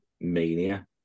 mania